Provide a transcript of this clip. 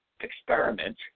experiment